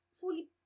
fully